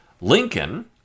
Lincoln